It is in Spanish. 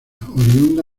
oriunda